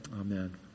Amen